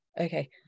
Okay